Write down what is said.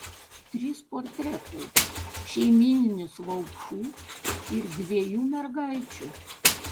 trys portretai šeimyninis vaupšų ir dviejų mergaičių